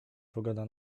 pogoda